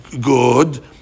good